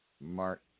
Mark